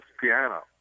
piano